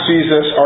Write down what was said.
Jesus